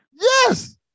Yes